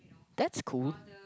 that's cool